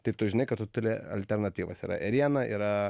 tai tu žinai kad tu turi alternatyvas yra ėriena yra